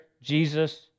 Jesus